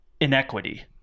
inequity